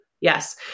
Yes